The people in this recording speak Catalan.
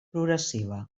progressiva